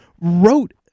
wrote